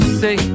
say